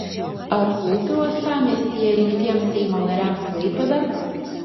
ar rūpi uostamiestyje rinktiems seimo nariams klaipėda